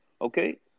Okay